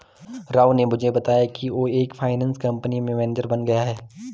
राव ने मुझे बताया कि वो एक फाइनेंस कंपनी में मैनेजर बन गया है